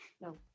No